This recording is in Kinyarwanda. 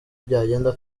byagenda